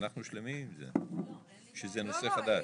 אנחנו שלמים עם זה שזה נושא חדש.